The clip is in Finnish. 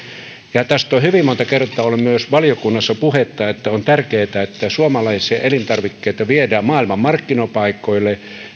tästä on hyvin monta kertaa ollut myös valiokunnassa puhetta että on tärkeätä että suomalaisia elintarvikkeita viedään maailman markkinapaikoille